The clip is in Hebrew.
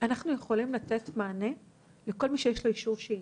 אנחנו יכולים לתת מענה לכל מי שיש לו אישור שהייה,